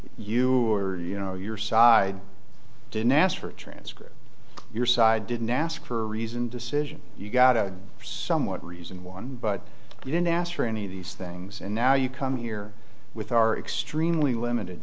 you you know your side didn't ask for a chance your side didn't ask for a reasoned decision you got a somewhat reason one but you didn't ask for any of these things and now you come here with our extremely limited